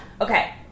Okay